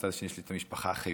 מהצד השני יש לי את המשפחה החיפאית.